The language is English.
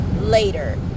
later